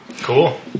Cool